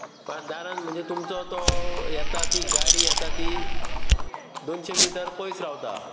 दारांत म्हणजे तुमचो तो येता ती गाडी येता ती दोनशे मिटर पयस रावता